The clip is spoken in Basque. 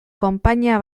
konpainia